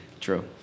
True